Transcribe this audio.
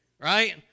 right